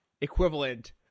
equivalent